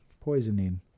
poisoning